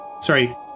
sorry